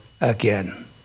again